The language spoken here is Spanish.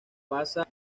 pasa